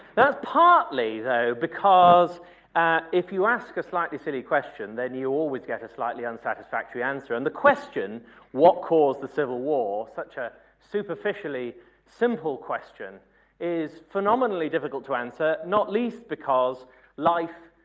now it's partly no because if you ask a slightly silly question then you always get a slightly unsatisfactory answer and the question what caused the civil war? such a superficially simple question is phenomenally difficult to answer, not least because life,